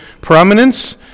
prominence